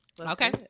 Okay